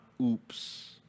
oops